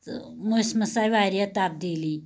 تہٕ موسمس آیہِ واریاہ تبدیٖلی